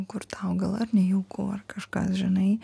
kur tau gal ar nejauku ar kažkas žinai